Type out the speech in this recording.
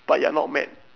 but you're not mad